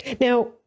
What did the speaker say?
Now